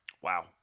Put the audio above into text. Wow